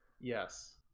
yes